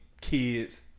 kids